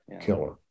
killer